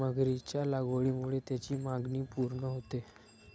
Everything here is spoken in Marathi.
मगरीच्या लागवडीमुळे त्याची मागणी पूर्ण होते